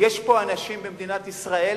יש פה אנשים במדינת ישראל